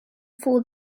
four